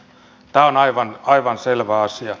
tämä on aivan selvä asia